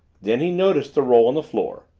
then he noticed the roll on the floor,